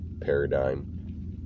paradigm